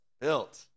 Built